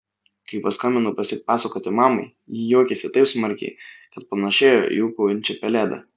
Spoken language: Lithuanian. kai paskambinau pasipasakoti mamai ji juokėsi taip smarkiai kad panašėjo į ūkaujančią pelėdą